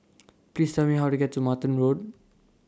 Please Tell Me How to get to Martin Road